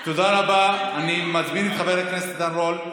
תודה רבה, אני מזמין את חבר הכנסת עידן רול.